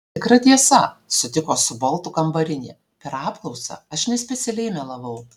tikra tiesa sutiko su boltu kambarinė per apklausą aš nespecialiai melavau